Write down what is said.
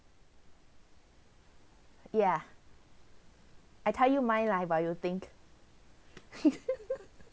ya I tell you my life while you think